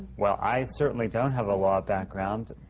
well, i certainly don't have a law background.